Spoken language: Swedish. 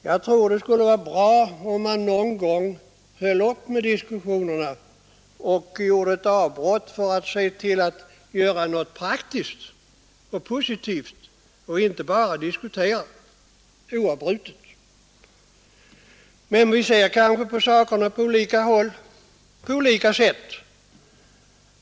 Jag tror det vore bra, om man någon gång höll upp med diskussionerna och gjorde ett avbrott för att utföra något positivt och praktiskt och inte bara diskuterade oavbrutet. Men vi ser kanske på sakerna på olika sätt på olika håll.